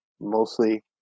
mostly